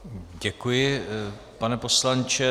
Děkuji, pane poslanče.